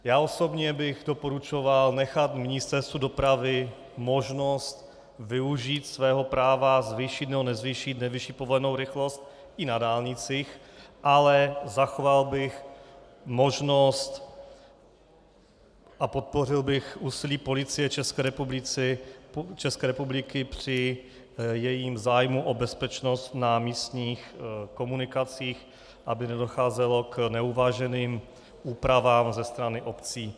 Já osobně bych doporučoval nechat Ministerstvu dopravy možnost využít svého práva zvýšit nebo nezvýšit nejvyšší povolenou rychlost i na dálnicích, ale zachoval bych možnost a podpořil bych úsilí Policie České republiky při jejím zájmu o bezpečnost na místních komunikacích, aby nedocházelo k neuváženým úpravám ze strany obcí.